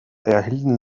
erhielten